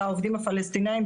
לעובדים הפלסטינים.